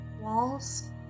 walls